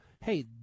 Hey